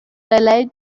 raleigh